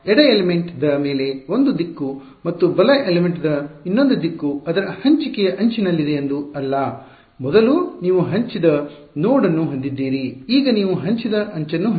ಆದ್ದರಿಂದ ಎಡ ಎಲಿಮೆಂಟ್ ದ ಮೇಲೆ ಒಂದು ದಿಕ್ಕು ಮತ್ತು ಬಲ ಎಲಿಮೆಂಟ್ ದ ಇನ್ನೊಂದು ದಿಕ್ಕು ಅದರ ಹಂಚಿಕೆಯ ಅಂಚಿನಲ್ಲಿದೆ ಎಂದು ಅಲ್ಲ ಮೊದಲು ನೀವು ಹಂಚಿದಶೇರ್ಡ್ ನೋಡ್ ಅನ್ನು ಹೊಂದಿದ್ದೀರಿ ಈಗ ನೀವು ಹಂಚಿದ ಅಂಚನ್ನು ಹೊಂದಿದ್ದೀರಿ